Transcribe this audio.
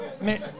Mais